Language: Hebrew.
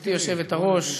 גברתי היושבת-ראש,